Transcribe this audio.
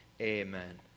Amen